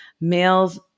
males